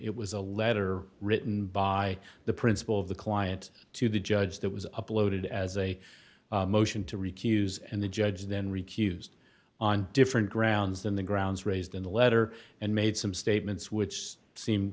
it was a letter written by the principal of the client to the judge that was uploaded as a motion to recuse and the judge then recused on different grounds than the grounds raised in the letter and made some statements which seemed